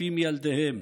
נחשפים ילדיהם.